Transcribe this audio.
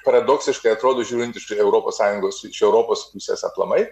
paradoksiškai atrodo žiūrint iš europos sąjungos iš europos pusės aplamai